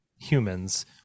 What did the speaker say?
humans